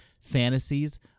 fantasies